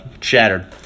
shattered